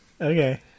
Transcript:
Okay